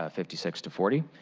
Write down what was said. ah fifty six forty.